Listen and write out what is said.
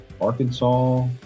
Arkansas